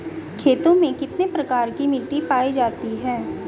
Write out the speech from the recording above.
खेतों में कितने प्रकार की मिटी पायी जाती हैं?